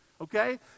okay